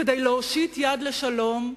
כדי להושיט יד לשלום,